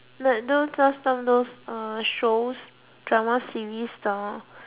like those last time those uh shows drama series style